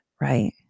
right